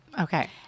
Okay